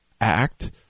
act